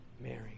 Mary